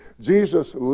Jesus